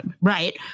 right